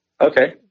okay